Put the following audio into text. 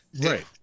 Right